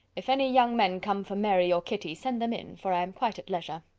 if any young men come for mary or kitty, send them in, for i am quite at leisure.